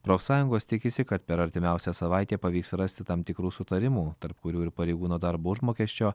profsąjungos tikisi kad per artimiausią savaitę pavyks rasti tam tikrų sutarimų tarp kurių ir pareigūno darbo užmokesčio